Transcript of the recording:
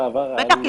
בטח,